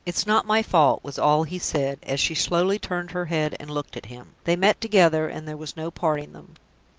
it's not my fault, was all he said, as she slowly turned her head and looked at him. they met together, and there was no parting them.